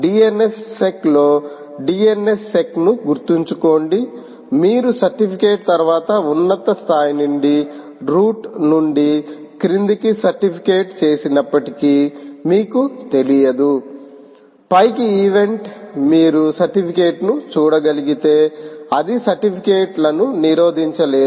DNSsec లో DNSsec ను గుర్తుంచుకోండి మీరు సర్టిఫికేట్ తర్వాత ఉన్నత స్థాయి నుండి రూట్ నుండి లేదా క్రిందికి సర్టిఫికేట్ చేసినప్పటికీ మీకు తెలియదు పైకి ఈవెంట్ మీరు సర్టిఫికేట్ ను చూడగలిగితే అది సర్టిఫికేట్ లను నిరోధించలేదు